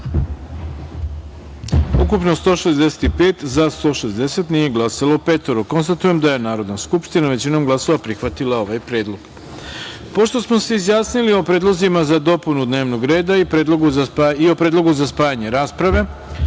ukupno 165 narodnih poslanika. Konstatujem da je Narodna skupština većinom glasova prihvatila ovaj predlog. Pošto smo se izjasnili o predlozima za dopunu dnevnog reda i o predlogu za spajanje rasprave,